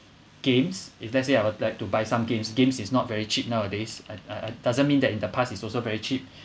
games if let's say I would like to buy some games games is not very cheap nowadays I I doesn't mean that in the past is also very cheap